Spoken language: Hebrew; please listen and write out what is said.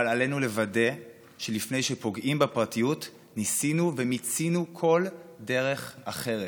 אבל עלינו לוודא שלפני שפוגעים בפרטיות ניסינו ומיצינו כל דרך אחרת.